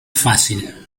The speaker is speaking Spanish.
fácil